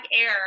air